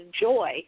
joy